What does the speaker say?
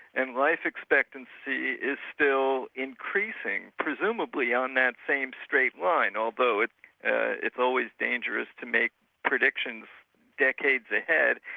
and life expectancy is still increasing, presumably on that same straight line, although it's it's always dangerous to make predictions decades ahead.